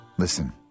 Listen